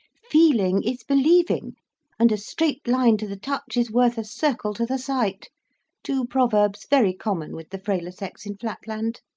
feeling is believing and a straight line to the touch is worth a circle to the sight two proverbs, very common with the frailer sex in flatland.